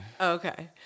Okay